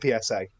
PSA